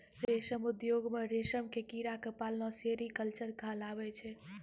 रेशम उद्योग मॅ रेशम के कीड़ा क पालना सेरीकल्चर कहलाबै छै